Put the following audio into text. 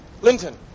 Linton